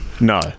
No